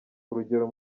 urugero